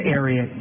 area